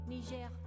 Niger